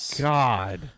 God